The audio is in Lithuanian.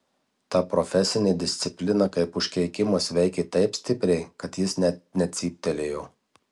ta profesinė disciplina kaip užkeikimas veikė taip stipriai kad jis net necyptelėjo